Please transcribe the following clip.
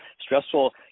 stressful